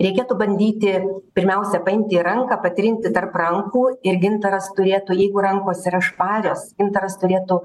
reikėtų bandyti pirmiausia paimti į ranką patrinti tarp rankų ir gintaras turėtų jeigu rankos yra švarios gintaras turėtų